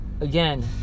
Again